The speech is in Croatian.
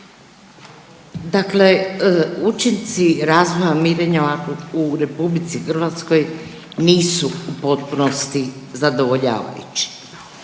Dakle učinci razvoja mirenja u RH nisu u potpunosti zadovoljavajući